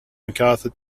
macarthur